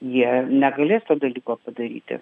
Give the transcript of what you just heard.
jie negalės to dalyko padaryti